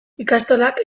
ikastolak